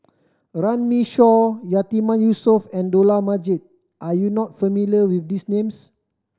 Runme Shaw Yatiman Yusof and Dollah Majid are you not familiar with these names